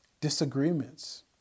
disagreements